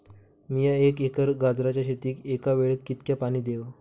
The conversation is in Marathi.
मीया एक एकर गाजराच्या शेतीक एका वेळेक कितक्या पाणी देव?